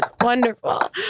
wonderful